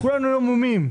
כולנו היינו המומים.